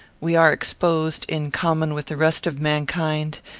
we are exposed, in common with the rest of mankind,